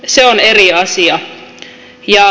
se on eri asia